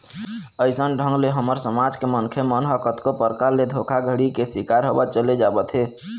अइसन ढंग ले हमर समाज के मनखे मन ह कतको परकार ले धोखाघड़ी के शिकार होवत चले जावत हे